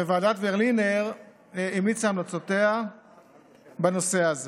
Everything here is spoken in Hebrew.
ועדת ברלינר המליצה המלצותיה בנושא הזה.